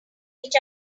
each